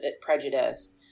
prejudice